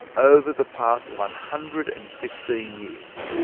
over the past one hundred and fifteen years.